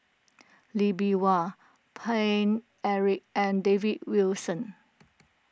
Lee Bee Wah Paine Eric and David Wilson